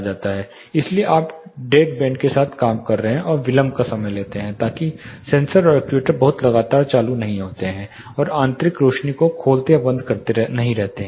इसलिए आप dead band के साथ काम करते हैं और विलंब का समय लेते हैं ताकि सेंसर और एक्ट्यूएटर्स बहुत लगातार चालू नहीं होते हैं और आंतरिक रोशनी को खोलते या बंद करते हैं